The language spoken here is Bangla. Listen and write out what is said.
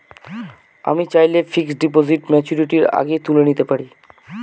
আমি চাইলে কি ফিক্সড ডিপোজিট ম্যাচুরিটির আগেই তুলে নিতে পারি?